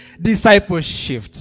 Discipleship